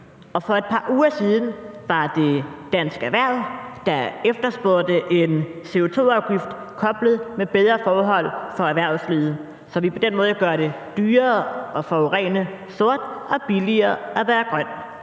og for et par uger siden var det Dansk Erhverv, der efterspurgte en CO2-afgift koblet med bedre forhold for erhvervslivet, så vi på den måde kan gøre det dyrere at forurene sort og billigere at være grøn